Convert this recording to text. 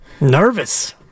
Nervous